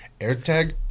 AirTag